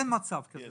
אין מצב כזה.